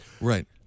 Right